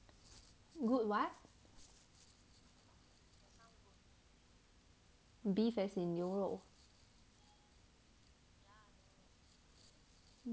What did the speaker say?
good what beef as in 牛肉